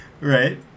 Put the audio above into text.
Right